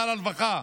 שר הרווחה,